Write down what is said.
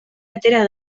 atera